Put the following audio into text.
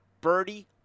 birdie